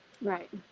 Right